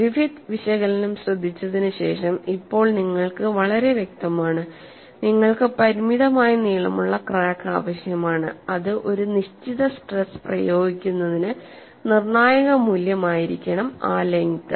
Griffith വിശകലനം ശ്രദ്ധിച്ചതിനുശേഷം ഇപ്പോൾ നിങ്ങൾക്ക് വളരെ വ്യക്തമാണ് നിങ്ങൾക്ക് പരിമിതമായ നീളമുള്ള ക്രാക്ക് ആവശ്യമാണ് അത് ഒരു നിശ്ചിത സ്ട്രെസ് പ്രയോഗിക്കുന്നതിന് നിർണ്ണായക മൂല്യമായിരിക്കണം ആ ലെങ്ത്